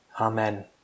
Amen